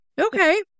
Okay